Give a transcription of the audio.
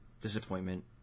Disappointment